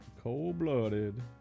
Cold-blooded